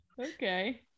Okay